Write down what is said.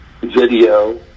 video